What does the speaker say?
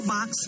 Box